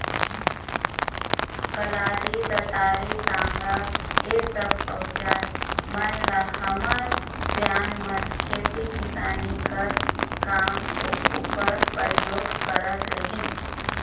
कलारी, दँतारी, साँगा ए सब अउजार मन ल हमर सियान मन खेती किसानी कर काम उपर परियोग करत रहिन